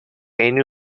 ainu